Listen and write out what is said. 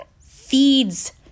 feeds